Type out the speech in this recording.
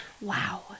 wow